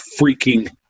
freaking